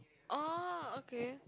orh okay